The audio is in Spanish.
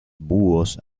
búhos